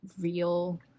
real